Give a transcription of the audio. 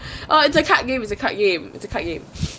oh it's a card game it's a card game it's a card game